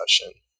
discussion